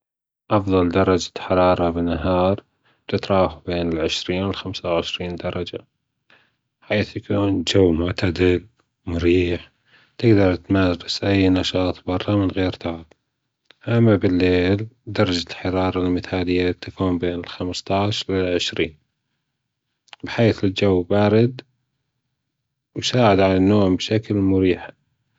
أفضل درجة حرارة بالنهار ببتراوح بين العشرين والخمس وعشرين درجة حيث يكون الجو معتدل مريح تقدر تمارس أي نشاط برا بدون تعب أما بالليل درجة الحرارة المثالية تكون بين الخمستاش للعشرين بحيث الجو بارد ويساعد على النوم بشكل مريح.